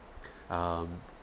um